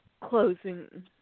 closing